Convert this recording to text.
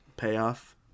payoff